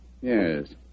yes